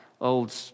old